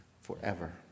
forever